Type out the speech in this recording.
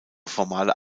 formale